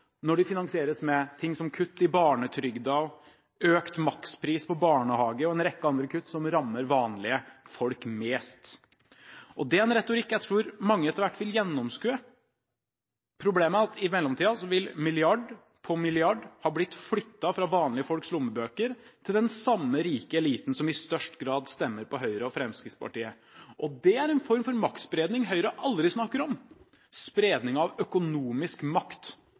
når de finansieres med ting som kutt i barnetrygden, økt makspris på barnehager og en rekke andre kutt, som rammer vanlige folk mest. Det er en retorikk jeg tror mange etter hvert vil gjennomskue. Problemet er at i mellomtiden vil milliard på milliard ha blitt flyttet fra vanlige folks lommebøker til den samme rike eliten som i størst grad stemmer på Høyre og Fremskrittspartiet. Det er en form for maktspredning Høyre aldri snakker om, spredning av økonomisk makt.